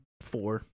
four